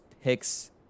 picks